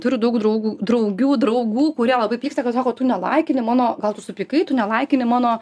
turiu daug draugų draugių draugų kurie labai pyksta kad sako tu nelaikini mano gal tu supykai tu nelaikini mano